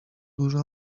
duże